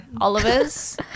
Oliver's